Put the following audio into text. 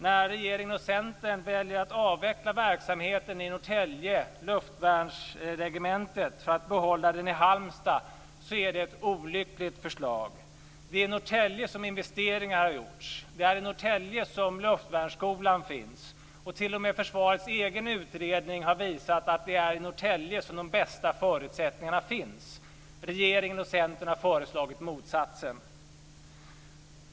Att regeringen och Centern väljer att avveckla verksamheten i Norrtälje, luftvärnsregementet, för att behålla den i Halmstad är ett olyckligt förslag. Det är i Norrtälje som investeringar har gjorts. Det är i Norrtälje som luftvärnsskolan finns. T.o.m. försvarets egen utredning har visat att det är i Norrtälje som de bästa förutsättningarna finns. Regeringens och Centerns förslag är det motsatta.